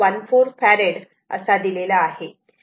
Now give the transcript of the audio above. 0014 farad दिलेला आहे